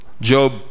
Job